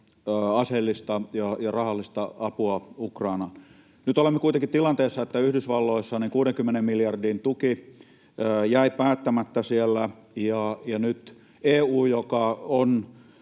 aseellista ja rahallista apua Ukrainaan. Nyt olemme kuitenkin tilanteessa, että Yhdysvalloissa 60 miljardin tuki jäi päättämättä siellä ja nyt EU:ssa, joka on